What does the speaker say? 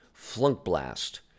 Flunkblast